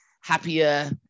happier